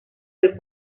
del